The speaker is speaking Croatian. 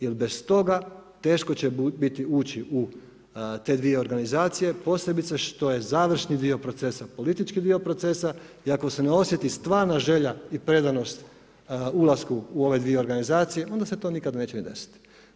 Jer bez toga, teško će biti ući u te dvije organizacije, posebice što je završni dio procesa, politički dio procesa i ako se ne osjeti stvarna želja i predanost ulasku u ove dvije organizacije, onda se to nikada neće ni desiti.